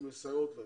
שמסייעות להם.